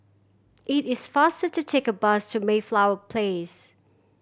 it is faster to take a bus to Mayflower Place